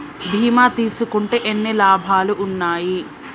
బీమా తీసుకుంటే ఎన్ని లాభాలు ఉన్నాయి?